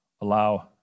allow